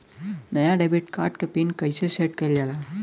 नया debit card क PIN कईसे सेट कईल जाला?